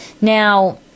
Now